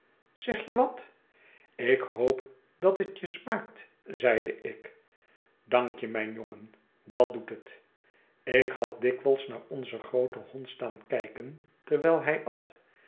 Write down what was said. zeg je wat ik hoop dat het je smaakt zei ik dankje mijn jongen dat doet het ik had dikwijls naar onzen grooten hond staan kijken terwijl hij at